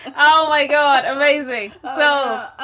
oh, my god. amazing so